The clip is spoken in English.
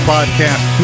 Podcast